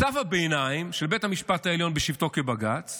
צו הביניים של בית המשפט העליון בשבתו כבג"ץ